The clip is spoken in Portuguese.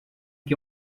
que